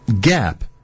gap